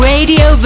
Radio